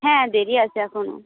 হ্যাঁ দেরি আছে এখনও